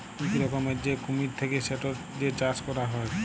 ইক রকমের যে কুমির থাক্যে সেটার যে চাষ ক্যরা হ্যয়